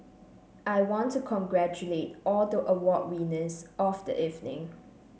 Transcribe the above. I want to congratulate all the award winners of the evening